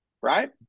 Right